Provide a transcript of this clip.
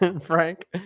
Frank